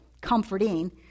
comforting